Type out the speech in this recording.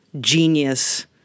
genius